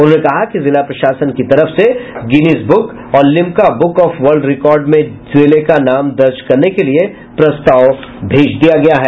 उन्होंने कहा कि जिला प्रशासन की तरफ से गिनीज ब्रक और Limca book of world record में जिले का नाम दर्ज करने के लिए प्रस्ताव भेज दिया गया है